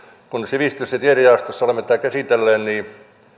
kun sivistys ja tiedejaostossa olemme tätä käsitelleet niin